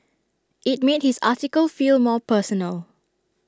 IT made his article feel more personal